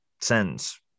sends